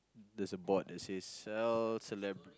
there's a board that says sell celeb